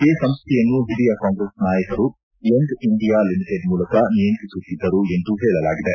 ಈ ಸಂಸ್ಥೆಯನ್ನು ಹಿರಿಯ ಕಾಂಗ್ರೆಸ್ ನಾಯಕರು ಯಂಗ್ ಇಂಡಿಯಾ ಲಿಮಿಟೆಡ್ ಮೂಲಕ ನಿಯಂತ್ರಿಸುತ್ತಿದ್ದರು ಎಂದು ಹೇಳಲಾಗಿದೆ